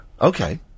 Okay